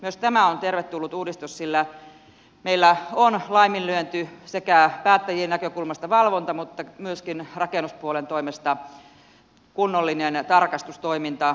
myös tämä on tervetullut uudistus sillä meillä on laiminlyöty sekä päättäjien näkökulmasta valvonta että myöskin rakennuspuolen toimesta kunnollinen tarkastustoiminta